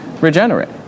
regenerate